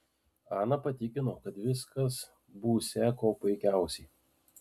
ana patikino kad viskas būsią kuo puikiausiai